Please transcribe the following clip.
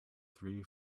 three